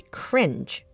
cringe